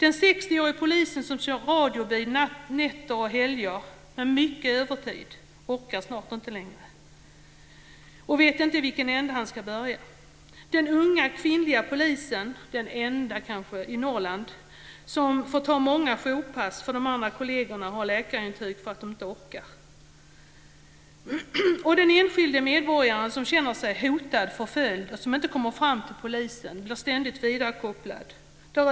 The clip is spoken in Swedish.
En 60-årig polis som kör radiobil nätter och helger och med mycket övertid orkar snart inte längre. Han vet inte i vilken ände han ska börja. En ung kvinnlig polis, kanske den enda, i Norrland får ta många jourpass för att de andra kollegerna har läkarintyg på att de inte orkar. Det handlar också om den enskilde medborgaren som känner sig hotad och förföljd och som inte kommer fram till polisen utan ständigt blir vidarekopplad.